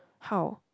how